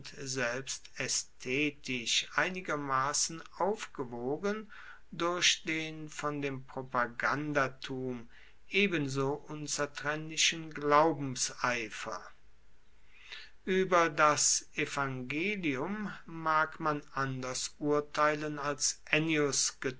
selbst aesthetisch einigermassen aufgewogen durch den von dem propagandatum ebenso unzertrennlichen glaubenseifer ueber das evangelium mag man anders urteilen als